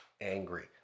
angry